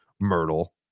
Myrtle